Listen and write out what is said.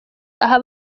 aha